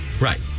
Right